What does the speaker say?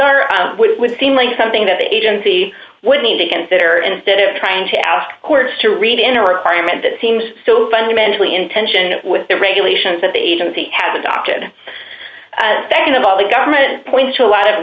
are would seem like something that the agency would need to consider instead of trying to ask courts to read in a requirement that seems so fundamentally in tension with the regulations that the agency has adopted that of all the government point to a lot of